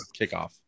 kickoff